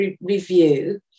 review